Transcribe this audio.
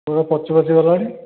ସବୁ ପଚିପଚି ଗଲାଣି